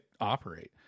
operate